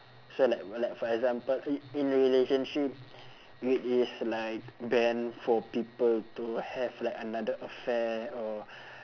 so like like for example i~ in relationship it is like banned for people to have like another affair or